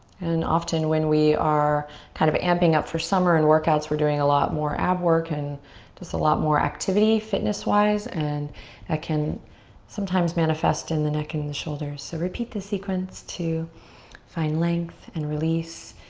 and often when we are kind of amping up for summer and workouts we're doing a lot more ab work and just a lot more activity fitness-wise. and that can sometimes manifest in the neck and the shoulders. so repeat this sequence to find length and release.